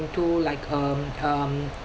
into like um um